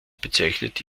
bezeichnet